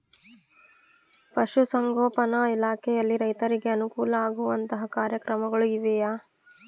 ಪಶುಸಂಗೋಪನಾ ಇಲಾಖೆಯಲ್ಲಿ ರೈತರಿಗೆ ಅನುಕೂಲ ಆಗುವಂತಹ ಕಾರ್ಯಕ್ರಮಗಳು ಇವೆಯಾ?